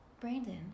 Brandon